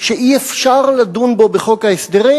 שאי-אפשר לדון בו בחוק ההסדרים,